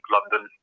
London